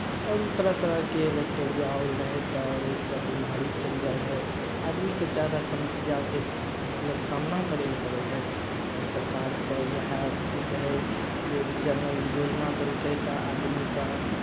आओर तरह तरहके बैक्टेरिया आओर रहै तऽ ओहिसँ बिमारी फैल जाइत रहै आदमीकेँ ज्यादा समस्याके स् मतलब सामना करय लेल पड़ैत रहै तऽ सरकारसँ इएह रहै जे जल नल योजना देलकै तऽ आदमीकेँ